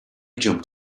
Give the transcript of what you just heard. jumped